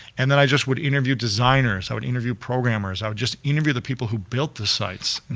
and and i just would interview designers, i would interview programmers, i would just interview the people who built the sites, and